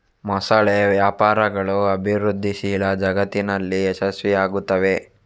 ಮೊಸಳೆ ವ್ಯಾಪಾರಗಳು ಅಭಿವೃದ್ಧಿಶೀಲ ಜಗತ್ತಿನಲ್ಲಿ ಯಶಸ್ವಿಯಾಗುತ್ತವೆ